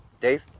Dave